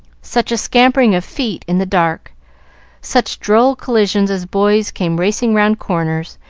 such a scampering of feet in the dark such droll collisions as boys came racing round corners,